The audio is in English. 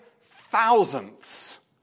thousandths